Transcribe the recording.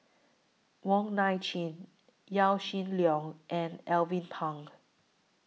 Wong Nai Chin Yaw Shin Leong and Alvin Pang